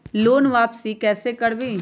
Loan वापसी कैसे करबी?